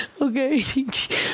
okay